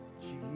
Jesus